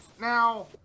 Now